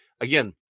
again